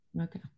Okay